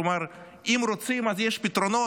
כלומר, אם רוצים אז יש פתרונות.